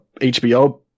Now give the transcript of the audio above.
HBO